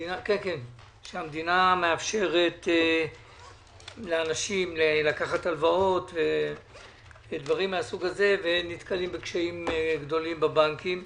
שהמדינה מאפשרת לאנשים לקחת הלוואות והם נתקלים בקשיים גדולים בבנקים.